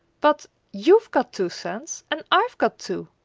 but you've got two cents, and i've got two,